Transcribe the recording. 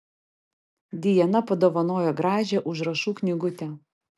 dijana padovanojo gražią užrašų knygutę